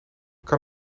kan